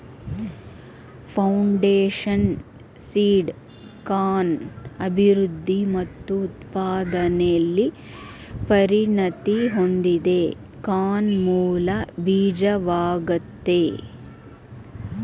foundation seed corn ಅಭಿವೃದ್ಧಿ ಮತ್ತು ಉತ್ಪಾದನೆಲಿ ಪರಿಣತಿ ಹೊಂದಿದೆ ಕಾರ್ನ್ ಮೂಲ ಬೀಜವಾಗಯ್ತೆ